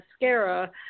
mascara